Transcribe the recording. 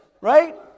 Right